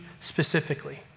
specifically